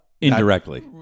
indirectly